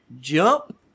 jump